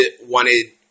wanted